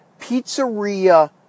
pizzeria